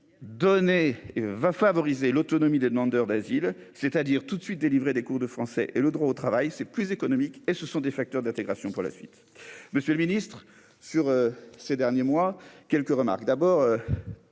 donné va favoriser l'autonomie des demandeurs d'asile, c'est-à-dire toute de suite délivrer des cours de français et le droit au travail, c'est plus économique, et ce sont des facteurs d'intégration pour la suite, monsieur le Ministre sur ces derniers mois quelques remarques : d'abord